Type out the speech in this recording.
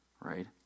right